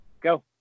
Go